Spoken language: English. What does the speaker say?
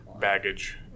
baggage